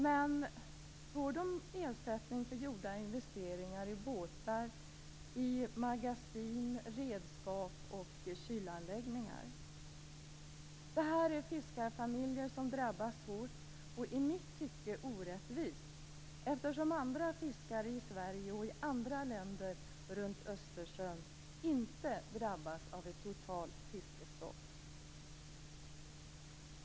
Men får de ersättning för gjorda investeringar i båtar, magasin, redskap och kylanläggningar? Det är fiskarfamiljer som drabbas hårt och i mitt tycke orättvist, eftersom andra fiskare i Sverige och i andra länder runt Östersjön inte drabbas av ett totalt fiskestopp.